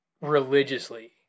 religiously